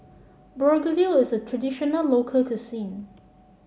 begedil is a traditional local cuisine